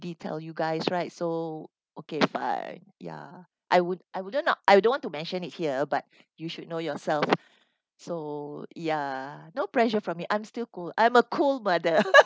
already tell you guys right so okay fine ya I would~ I wouldn't not I don't want to mention it here but you should know yourself so ya no pressure from me I'm still cool I'm a cool mother